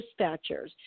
dispatchers